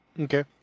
okay